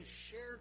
shared